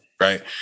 right